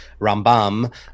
Rambam